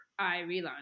iRelaunch